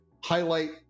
highlight